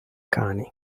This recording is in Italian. cani